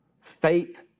faith